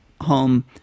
Home